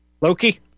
Loki